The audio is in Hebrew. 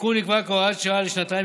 התיקון נקבע כהוראת שעה לשנתיים,